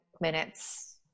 minutes